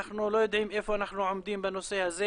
אנחנו לא יודעים איפה אנחנו עומדים בנושא הזה.